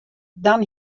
dan